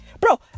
bro